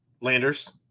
Landers